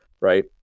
right